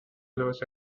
los